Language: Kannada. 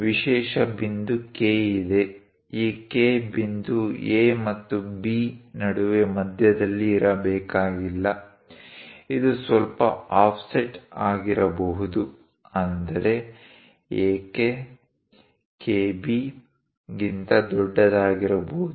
ವಿಶೇಷ ಬಿಂದು K ಇದೆ ಈ K ಬಿಂದು A ಮತ್ತು B ನಡುವೆ ಮಧ್ಯದಲ್ಲಿ ಇರಬೇಕಾಗಿಲ್ಲ ಇದು ಸ್ವಲ್ಪ ಆಫ್ಸೆಟ್ ಆಗಿರಬಹುದು ಅಂದರೆ AK KB ಗಿಂತ ದೊಡ್ಡದಾಗಿರಬಹುದು